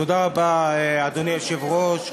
תודה רבה, אדוני היושב-ראש.